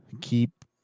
keep